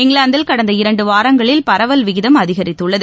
இங்கிலாந்தில் கடந்த இரண்டு வாரங்களில் பரவல் விகிதம் அதிகரித்துள்ளது